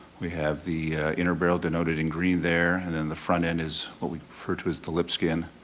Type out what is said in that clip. we have the inner barrel denoted in green there, then the front end is what we refer to as the lip skin.